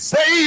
Say